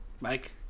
Mike